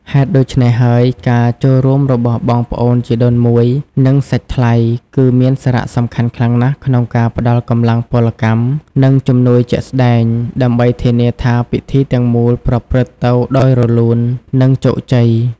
ហេតុដូច្នេះហើយ ការចូលរួមរបស់បងប្អូនជីដូនមួយ និងសាច់ថ្លៃ គឺមានសារៈសំខាន់ខ្លាំងណាស់ក្នុងការផ្តល់កម្លាំងពលកម្ម និងជំនួយជាក់ស្តែង ដើម្បីធានាថាពិធីទាំងមូលប្រព្រឹត្តទៅដោយរលូន និងជោគជ័យ។